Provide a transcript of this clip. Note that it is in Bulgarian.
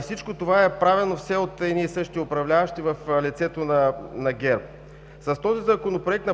Всичко това е правено все от едни и същи управляващи в лицето на ГЕРБ. На практика с този Законопроект